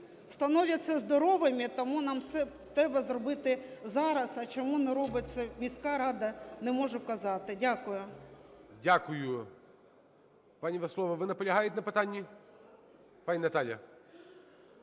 становляться здоровими. Тому нам треба це зробити зараз. А чому не робить це міська рада, не можу казати. Дякую. ГОЛОВУЮЧИЙ. Дякую. Пані Веселова, ви наполягаєте на питанні? Пані Наталія,